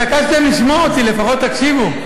התעקשתם לשמוע אותי, לפחות תקשיבו.